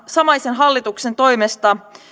samaisen hallituksen toimesta